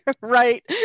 Right